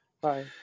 bye